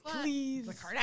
please